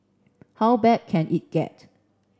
how bad can it get